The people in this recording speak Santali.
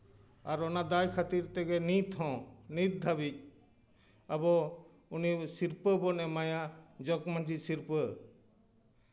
ᱟᱨ ᱚᱱᱟ ᱫᱟᱭ ᱠᱷᱟᱹᱛᱤᱨ ᱛᱮᱜᱮ ᱱᱤᱛ ᱦᱚᱸ ᱱᱤᱛ ᱫᱷᱟᱹᱵᱤᱡ ᱟᱵᱚ ᱩᱱᱤ ᱥᱤᱨᱯᱟᱹ ᱵᱚᱱ ᱮᱢᱟᱭᱟ ᱡᱚᱜᱽ ᱢᱟᱺᱡᱷᱤ ᱥᱤᱨᱯᱟᱹ